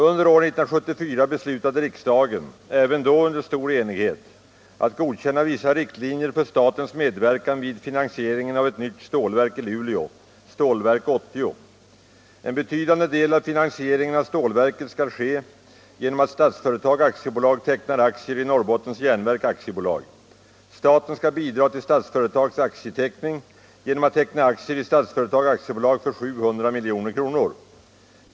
Under år 1974 beslutade riksdagen, även då under stor enighet, att godkänna vissa riktlinjer för statens medverkan vid finansieringen av ett nytt stålverk i Luleå, Stålverk 80. En betydande del av finansieringen av stålverket skall ske genom att Statsföretag AB tecknar aktier i Norrbottens järnverk AB. Staten skall bidra till Statsföretags aktieteckning genom att teckna aktier i Statsföretag AB för 700 milj.kr.